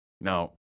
Now